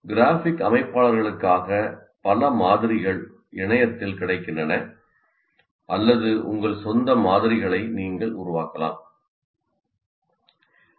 graphic அமைப்பாளர்களுக்காக பல மாதிரிகள் இணையத்தில் கிடைக்கின்றன அல்லது உங்கள் சொந்த மாதிரிகளை உருவாக்கலாம் உள்ளன